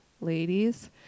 Ladies